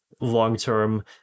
long-term